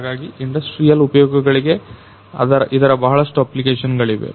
ಹಾಗಾಗಿ ಇಂಡಸ್ಟ್ರಿಯಲ್ ಉಪಯೋಗಗಳಿಗೆ ಇದರ ಬಹಳಷ್ಟು ಅಪ್ಲಿಕೇಶನ್ ಗಳಿವೆ